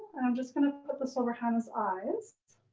i'm just gonna put this over hannah's eyes,